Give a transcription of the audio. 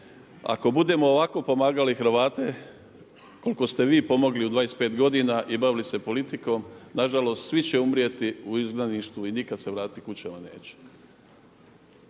Ako budemo ovako pomagali Hrvate koliko ste vi pomogli u 25 godina i bavili se politikom, nažalost svi će umrijeti u izgnanstvu i nikada se vratiti kućama neće.